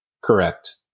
Correct